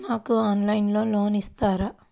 నాకు ఆన్లైన్లో లోన్ ఇస్తారా?